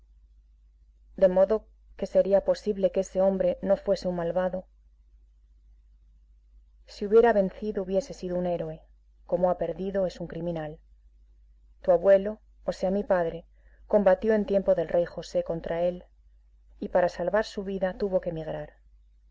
de modo que sería posible que ese hombre no fuese un malvado si hubiera vencido hubiese sido un héroe como ha perdido es un criminal tu abuelo o sea mi padre combatió en tiempo del rey josé contra él y para salvar su vida tuvo que emigrar